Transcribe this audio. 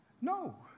No